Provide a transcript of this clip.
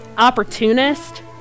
opportunist